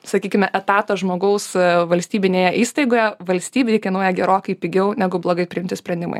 sakykime etatas žmogaus valstybinėje įstaigoje valstybei kainuoja gerokai pigiau negu blogai priimti sprendimai